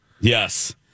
Yes